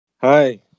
Hi